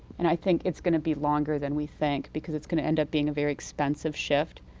and i think it's going to be longer than we think because it's going to end up being a very expensive shift.